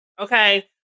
Okay